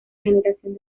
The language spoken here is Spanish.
generación